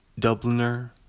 Dubliner